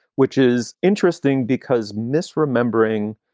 which is interesting because misremembering.